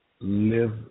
live